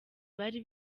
bari